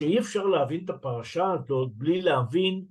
‫אי אפשר להבין את הפרשה הזאת ‫בלי להבין...